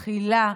אכילה,